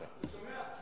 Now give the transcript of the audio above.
אתה שומע?